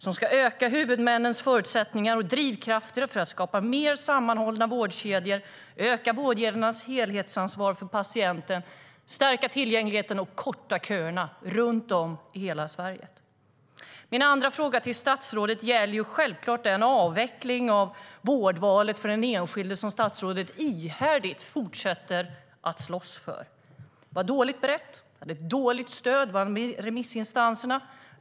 Den ska öka huvudmännens förutsättningar och drivkrafter och skapa mer sammanhållna vårdkedjor, öka vårdgivarnas helhetsansvar för patienten, öka tillgängligheten och korta köerna runt om i hela Sverige.Min andra fråga till statsrådet gäller självklart den avveckling av vårdvalet för den enskilde som statsrådet ihärdigt fortsätter att slåss för. Det var dåligt berett och hade dåligt stöd bland remissinstanserna.